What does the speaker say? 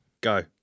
go